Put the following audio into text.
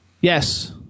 Yes